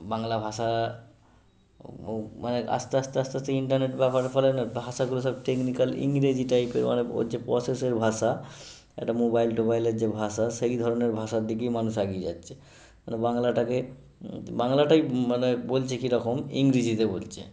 বাংলা ভাষা ও মানে আস্তে আস্তে আস্তে আস্তে ইন্টারনেট ব্যবহারের ফলে না ভাষাগুলো সব টেকনিকাল ইংরেজি টাইপের মানে ওর যে প্রসেসের ভাষা একটা মোবাইল টোবাইলের যে ভাষা সেই ধরনের ভাষার দিকেই মানুষ এগিয়ে যাচ্ছে মানে বাংলাটাকে বাংলাটাই মানে বলছে কী রকম ইংরেজিতে বলছে